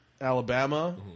alabama